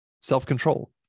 self-control